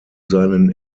seinen